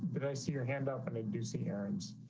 but i see your hand up and i do see ah and